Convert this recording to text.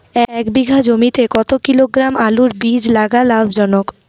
এক বিঘা জমিতে কতো কিলোগ্রাম আলুর বীজ লাগা লাভজনক?